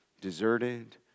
deserted